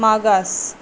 मागास